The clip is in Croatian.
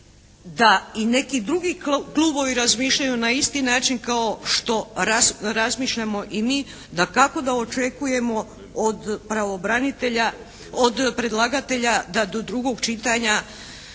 da i neki drugi klubovi razmišljaju na isti način kao što razmišljamo i mi, dakako da očekujemo od predlagatelja da do drugog čitanja